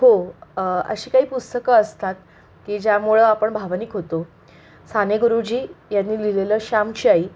हो अशी काही पुस्तकं असतात की ज्यामुळं आपण भावनिक होतो साने गुरुजी यांनी लिहिलेलं श्यामची आई